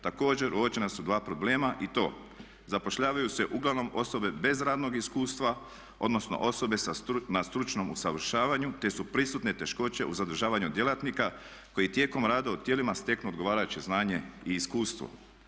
Također uočena su dva problema i to zapošljavaju se uglavnom osobe bez radnog iskustva odnosno osobe na stručnom usavršavanju te su prisutne teškoće u zadržavanju djelatnika koji tijekom rada u tijelima steknu odgovarajuće znanje i iskustvo.